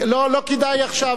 לא, לא כדאי עכשיו.